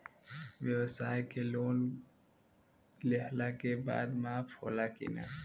ब्यवसाय के लोन लेहला के बाद माफ़ होला की ना?